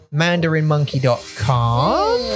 mandarinmonkey.com